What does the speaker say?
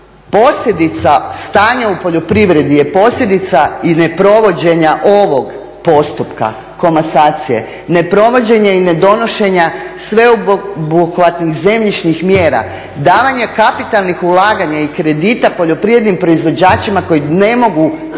Posljedica stanja u poljoprivredi je posljedica i neprovođenja ovog postupka komasacije, neprovođenja i nedonošenja sveobuhvatnih zemljišnih mjera, davanja kapitalnih ulaganja i kredita poljoprivrednim proizvođačima koji ne mogu